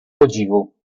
podziwu